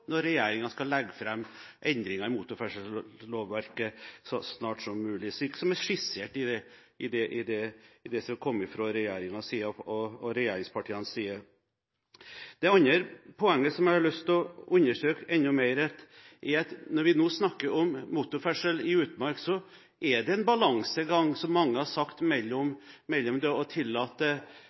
når regjeringen skal legge fram forslag til endringer i motorferdselslovverket så snart som mulig, som skissert i det som har kommet fra regjeringen og regjeringspartienes side. Det andre poenget jeg har lyst til å understreke enda mer, er at når vi nå snakker om motorferdsel i utmark, er det en balansegang, som mange har sagt, mellom det å tillate